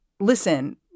Listen